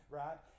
right